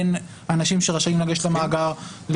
בין האנשים שרשאים לגשת למאגר,